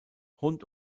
rund